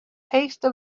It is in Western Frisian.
heechste